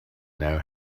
know